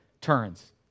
Turns